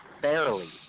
fairly